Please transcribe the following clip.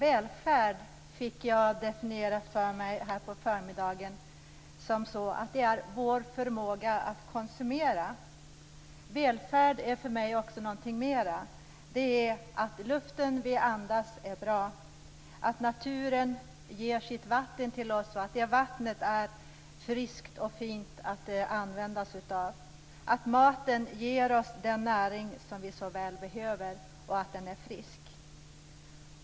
Herr talman! Jag fick under förmiddagen en definition på välfärd. Det skall vara vår förmåga att konsumera. Välfärd är för mig något mera. Det är att luften vi andas är bra, att naturen ger sitt vatten till oss och att det är friskt, att maten ger oss den näring vi så väl behöver och är frisk.